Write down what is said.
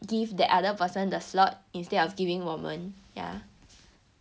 give that other person the slot instead of giving 我们 yeah